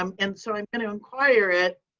um and so i'm gonna inquire it.